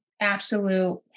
absolute